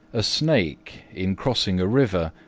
a snake, in crossing a river,